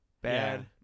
bad